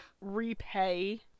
repay